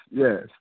yes